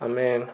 ଆମେ